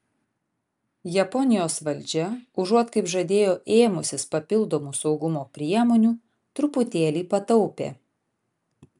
japonijos valdžia užuot kaip žadėjo ėmusis papildomų saugumo priemonių truputėlį pataupė